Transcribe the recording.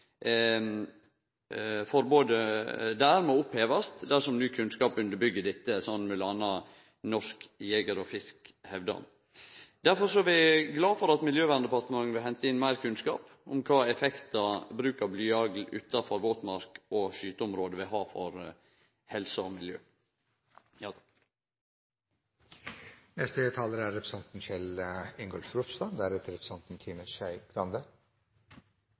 opphevast dersom ny kunnskap underbyggjer dette, som m.a. Norges Jeger- og Fiskerforbund hevdar. Vi er glade for at Miljøverndepartementet vil hente inn meir kunnskap om kva for effektar bruk av blyhagl utanfor våtmark og skyteområde har for helse og miljø.